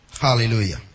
Hallelujah